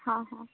ହଁ ହଁ